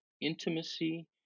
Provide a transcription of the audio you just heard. intimacy